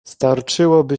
starczyłoby